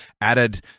added